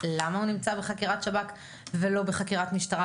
מי מחליט לא רק אם זו חקירת שב"כ או חקירה משטרתית,